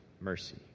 mercy